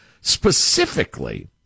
Specifically